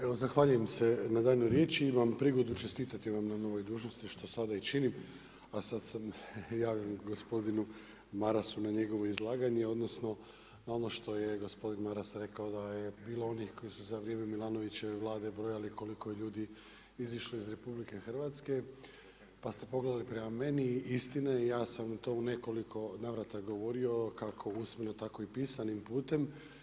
Evo zahvaljujem se na danom riječi, imam prigodu čestitati vam na novoj dužnosti, što sada i činim, pa sad se javim gospodinu Marasu na njegovo izlaganje, odnosno, na ono što je gospodin Maras rekao da je bilo onih koji su za vrijeme Milanovićeve Vlade brojali koliko je ljudi izišlo iz RH, pa ste pogledali prema meni, istina je, ja sam u to nekoliko navrata govorio, kako usmeno, tako i pisanim putem.